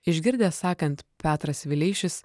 išgirdęs sakant petras vileišis